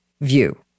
view